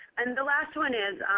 and the last one is